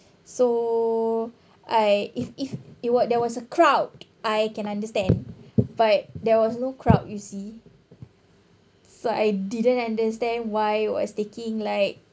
so I if if it were there was a crowd I can understand but there was no crowd you see so I didn't understand why was taking like